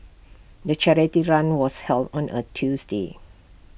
the charity run was held on A Tuesday